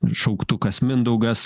ir šauktukas mindaugas